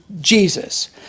Jesus